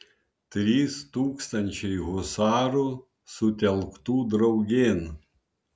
trys tūkstančiai husarų sutelktų draugėn